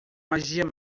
magia